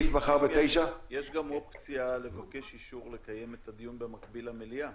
יש גם אופציה לבקש אישור לקיים את הדיון במקביל למליאה.